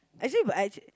actually but actually